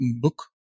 book